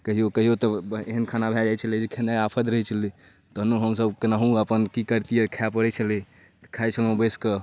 कहिओ कहिओ तऽ एहन खाना भऽ जाए छलै जे खेनाइ आफत रहै छलै तहनो हमसभ कोनाहु अपन कि करितिए खाइ पड़ै छलै तऽ खाइ छलहुँ बैसिकऽ